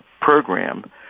program